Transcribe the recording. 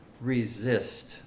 resist